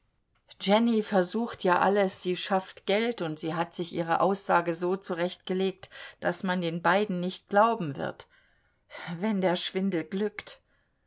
jenny versucht ja alles sie schafft geld und sie hat sich ihre aussage so zurechtgelegt das man den beiden nicht glauben wird wenn der schwindel glückt